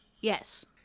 Yes